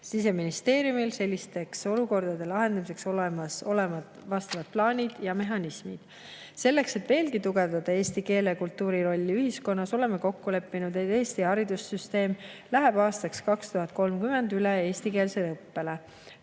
Siseministeeriumil on selliste olukordade lahendamiseks olemas vastavad plaanid ja mehhanismid. Selleks, et veelgi tugevdada eesti keele ja kultuuri rolli ühiskonnas, oleme kokku leppinud, et Eesti haridussüsteem läheb aastaks 2030 üle eestikeelsele õppele.